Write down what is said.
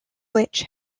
which